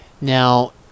now